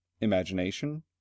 imagination